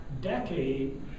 decade